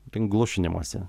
link glušinimosi